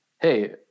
hey